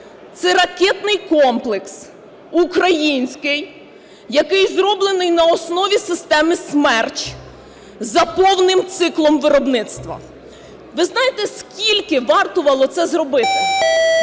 Це ракетний комплекс український, який зроблений на основі системи "Смерч" за повним циклом виробництва. Ви знаєте, скільки вартувало це зробити?